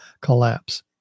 collapse